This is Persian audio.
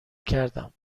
کردم